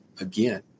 Again